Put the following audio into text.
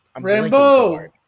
Rambo